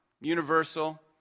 universal